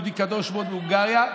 יהודי קדוש מאוד מהונגריה,